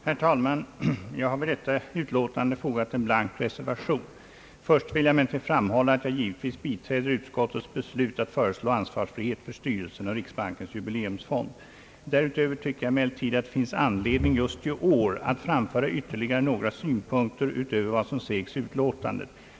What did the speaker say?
Herr talman! Jag har vid detta utlåtande fogat en blank reservation. Först vill jag emellertid framhålla att jag givetvis biträder utskottsbeslutet att föreslå ansvarsfrihet för styrelsen i Riksbankens jubileumsfond. Därutöver tycker jag emellertid att det finns anledning just i år att framföra ytterliga re några synpunkter utöver vad som sägs i utlåtandet.